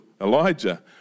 Elijah